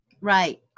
Right